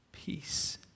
Peace